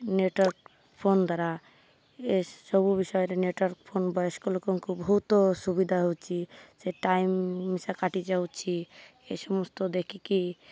network phone ଦ୍ୱାରା ଏ ସବୁ ବିଷୟରେ ନେଟ୍ୱାର୍କ୍ ଫୋନ୍ ବୟସ୍କ ଲୋକଙ୍କୁ ବହୁତ ସୁବିଧା ହେଉଛି ସେ ଟାଇମ୍ ମିଶା କାଟି ଯାଉଛି ଏ ସମସ୍ତ ଦେଖିକି